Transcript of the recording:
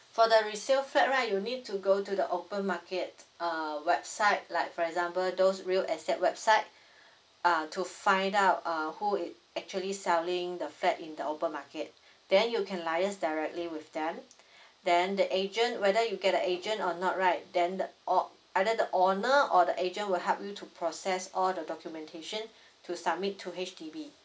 for the resale flat right you need to go to the open market uh website like for example those real estate website uh to find out uh who is actually selling the flat in the open market then you can liaise directly with them then the agent whether you get a agent or not right then the o~ either the owner or the agent will help you to process all the documentation to submit to H_D_B